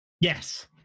Yes